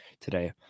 today